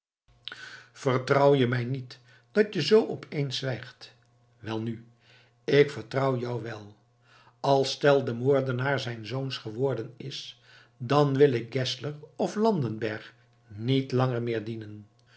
vertrouw je mij niet dat je zoo opeens zwijgt welnu ik vertrouw jou wel als tell de moordenaar zijns zoons geworden is dan wil ik geszler of landenberg niet langer meer dienen